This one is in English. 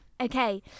Okay